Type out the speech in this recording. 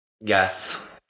Yes